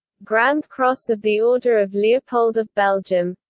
grand cross of the order of leopold of belgium